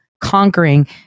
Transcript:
conquering